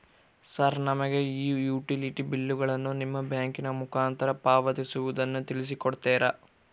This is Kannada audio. ಸರ್ ನಮಗೆ ಈ ಯುಟಿಲಿಟಿ ಬಿಲ್ಲುಗಳನ್ನು ನಿಮ್ಮ ಬ್ಯಾಂಕಿನ ಮುಖಾಂತರ ಪಾವತಿಸುವುದನ್ನು ತಿಳಿಸಿ ಕೊಡ್ತೇರಾ?